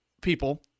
people